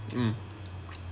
mm